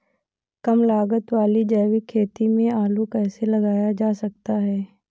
कम लागत वाली जैविक खेती में आलू कैसे लगाया जा सकता है?